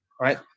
right